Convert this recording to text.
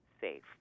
safe